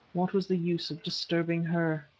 what was the use of disturbing her?